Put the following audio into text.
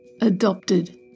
adopted